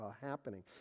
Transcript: happening